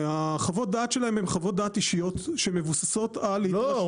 החוות דעת שלהם הן חוות דעת אישיות שמבוססות על -- לא,